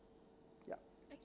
ya